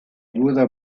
buda